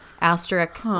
asterisk